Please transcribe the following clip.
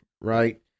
right